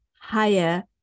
higher